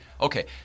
okay